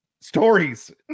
stories